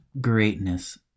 greatness